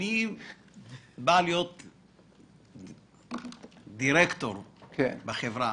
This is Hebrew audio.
אני בא להיות דירקטור בחברה.